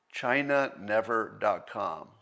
ChinaNever.com